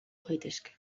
gaitezke